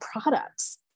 products